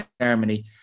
ceremony